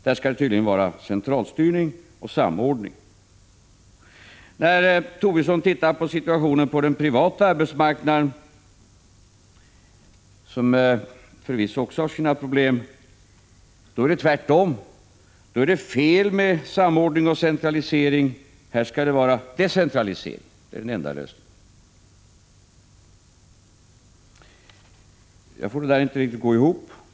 Där skall det tydligen vara centralstyrning och samordning. När Lars Tobisson ser på situationen på den privata arbetsmarknaden, som förvisso också har sina problem, är det tvärtom. Då är det fel med samordning och centralisering. Här skall det vara decentralisering — det är den enda lösningen. Jag får inte detta att gå ihop.